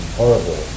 horrible